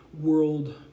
world